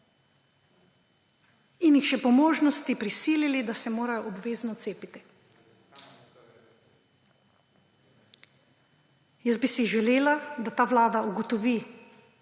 in jih še po možnosti prisilili, da se morajo obvezno cepiti. Jaz bi si želela, da ta vlada ugotovi,